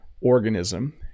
organism